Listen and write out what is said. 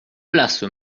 place